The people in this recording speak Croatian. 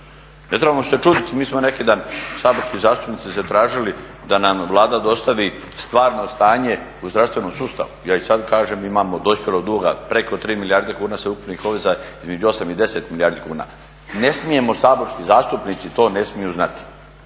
Ne trebamo se čuditi, mi smo neki dan saborski zastupnici zatražili da nam Vlada dostavi stvarno stanje u zdravstvenom sustavu. Ja i sad kažem imamo dospjelog duga preko 3 milijarde kuna sveukupnih obveza, između 8 i 10 milijardi kuna. Ne smijemo, saborski zastupnici to ne smiju znati.